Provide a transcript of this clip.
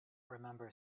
remember